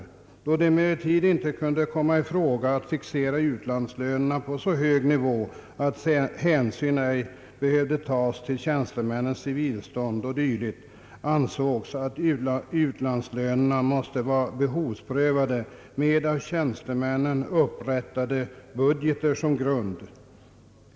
Då det emellertid inte kunde komma i fråga att fixera utlandslönerna på så hög nivå att hänsyn ej behövde tas till tjänstemännens civilstånd och dylikt, ansågs att utlandslönerna måste vara behovsprövade med av tjänstemännen upprättade budgeter som grund.